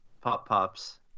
pop-pops